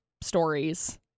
stories